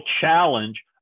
challenge